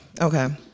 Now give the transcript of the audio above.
Okay